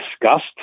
discussed